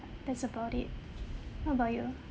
that's about it what about you